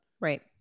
Right